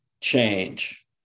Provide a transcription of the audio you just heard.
change